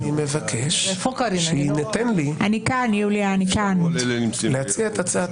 אני מבקש שיינתן לי להציג את הצעת